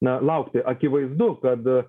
na laukti akivaizdu kad